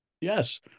Yes